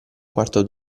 quarto